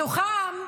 מתוכם,